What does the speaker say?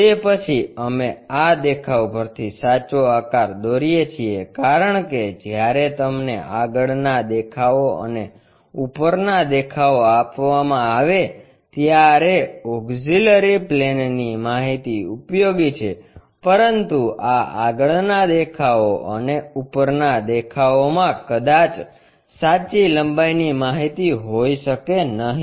તે પછી અમે આ દેખાવ પરથી સાચો આકાર દોરીએ છીએ કારણ કે જ્યારે તમને આગળના દેખાવો અને ઉપરનાં દેખાવો આપવામાં આવે ત્યારે ઓક્ષીલરી પ્લેનની માહિતી ઉપયોગી છે પરંતુ આ આગળનાં દેખાવો અને ઉપરના દેખાવોમાં કદાચ સાચી લંબાઈની માહિતી હોઈ શકે નહીં